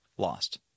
lost